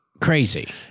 crazy